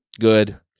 good